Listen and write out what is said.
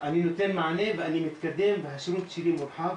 אני נותן מענה ואני מתקדם והשירות שלי מורחב.